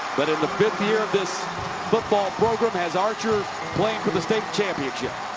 but in the fifth year of this football program, as archer playing for the state championship.